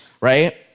right